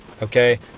Okay